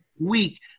week